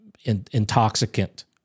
intoxicant